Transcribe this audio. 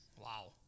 Wow